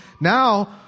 now